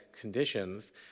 conditions